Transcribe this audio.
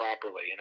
properly